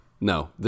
no